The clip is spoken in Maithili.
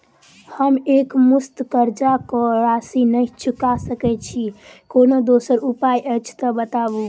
हम एकमुस्त कर्जा कऽ राशि नहि चुका सकय छी, कोनो दोसर उपाय अछि तऽ बताबु?